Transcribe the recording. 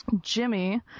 Jimmy